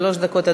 בבקשה,